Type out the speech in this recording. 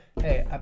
hey